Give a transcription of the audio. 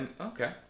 Okay